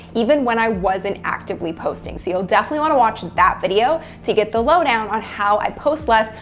even when i wasn't actively posting. so, you'll definitely want to watch that video to get the lowdown on how i post less,